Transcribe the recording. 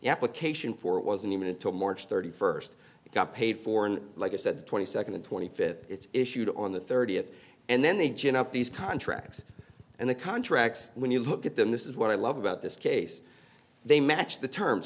application for it wasn't even until march thirty first it got paid for in like i said twenty second and twenty fifth it's issued on the thirtieth and then they join up these contracts and the contracts when you look at them this is what i love about this case they match the terms